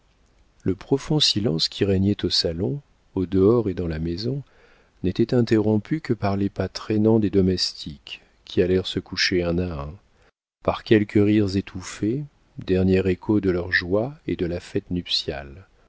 le profond silence qui régnait au salon au dehors et dans la maison n'était interrompu que par les pas traînants des domestiques qui allèrent se coucher un à un par quelques rires étouffés dernier écho de leur joie et de la fête nuptiale